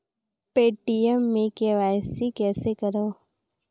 Paytm मे KYC कइसे करव?